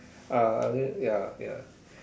ah and then ya ya